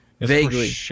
vaguely